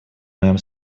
моем